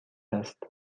است